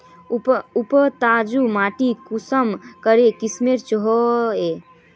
उपजाऊ माटी कुंसम करे किस्मेर होचए?